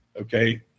okay